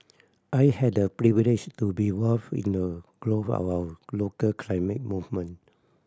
I had the privilege to be involved in the growth of our local climate movement